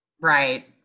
right